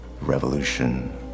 Revolution